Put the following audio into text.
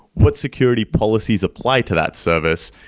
what security policies apply to that service?